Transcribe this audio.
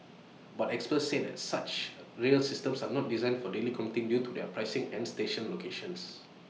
but experts said such rail systems are not designed for daily commuting due to their pricing and station locations